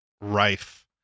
rife